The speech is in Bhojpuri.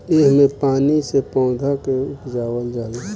एह मे पानी से पौधा के उपजावल जाले